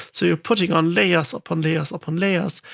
so you're putting on layers upon layers upon layers,